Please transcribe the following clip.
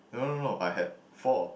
no no no I had four